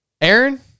Aaron